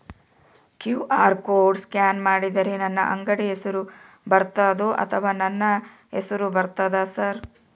QR code scan ಮಾಡಿದರೆ ನನ್ನ ಅಂಗಡಿ ಹೆಸರು ಬರ್ತದೋ ಅಥವಾ ನನ್ನ ಹೆಸರು ಬರ್ತದ ಸರ್?